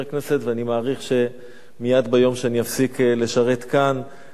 אני מעריך שמייד ביום שאני אפסיק לשרת כאן אני